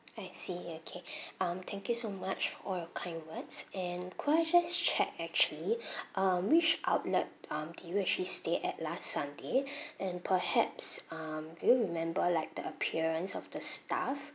I see okay um thank you so much for your kind words and could I just check actually um which outlet um did you actually stay at last sunday and perhaps um do you remember like the appearance of the staff